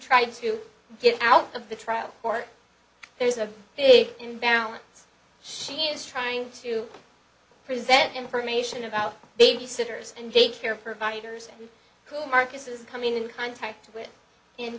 tried to get out of the trial court there is a big imbalance she is trying to present information about babysitters and daycare providers who marcus is coming in contact with in